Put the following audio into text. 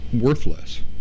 worthless